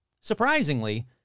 surprisingly